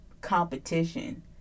competition